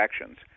actions